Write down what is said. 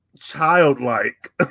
childlike